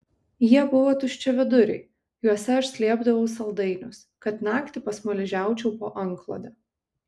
jie buvo tuščiaviduriai juose aš slėpdavau saldainius kad naktį pasmaližiaučiau po antklode